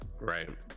Right